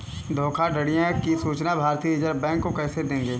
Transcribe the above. धोखाधड़ियों की सूचना भारतीय रिजर्व बैंक को कैसे देंगे?